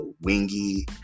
wingy